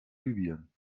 libyen